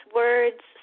words